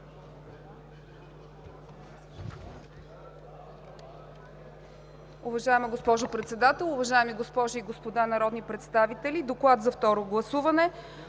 Уважаема госпожо Председател, уважаеми госпожи и господа народни представители! Искам да припомня